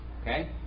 okay